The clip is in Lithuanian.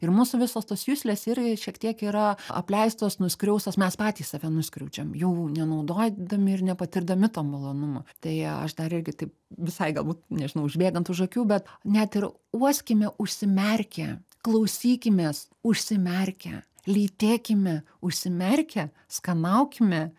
ir mūsų visos tos juslės ir šiek tiek yra apleistos nuskriaustos mes patys save nuskriaudžiam jau nenaudodami ir nepatirdami to malonumo tai aš dar irgi taip visai galbūt nežinau užbėgant už akių bet net ir uoskime užsimerkę klausykimės užsimerkę lytėkime užsimerkę skanaukime